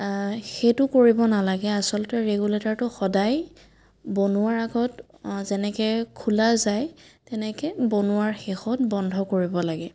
সেইটো কৰিব নালাগে আচলতে ৰেগুলেটাৰটো সদায় বনোৱাৰ আগত যেনেকৈ খোলা যায় তেনেকৈ বনোৱাৰ শেষত বন্ধ কৰিব লাগে